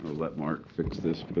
let marc fix this. but